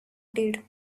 did